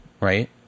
right